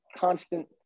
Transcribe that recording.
constant